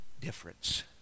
difference